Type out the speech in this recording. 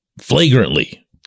flagrantly